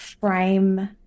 frame